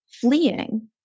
fleeing